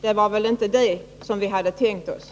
Det är inte heller vad vi hade tänkt oss.